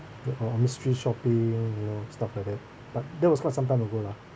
like for mystery shopping you know stuff like that but that was quite some time ago lah